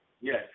Yes